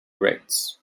rates